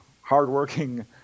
hardworking